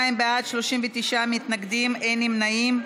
42 בעד, 39 מתנגדים, אין נמנעים.